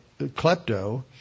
klepto